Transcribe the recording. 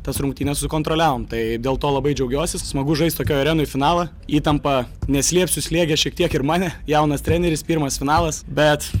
tas rungtynes sukontroliavom tai dėl to labai džiaugiuosi smagu žaist tokioj arenoj finalą įtampa neslėpsiu slėgė šiek tiek ir mane jaunas treneris pirmas finalas bet